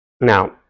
Now